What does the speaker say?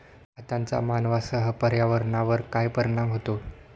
खतांचा मानवांसह पर्यावरणावर काय परिणाम होतो?